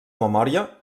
memòria